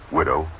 widow